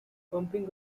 pumping